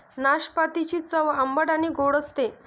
नाशपातीची चव आंबट आणि गोड असते